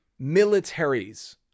militaries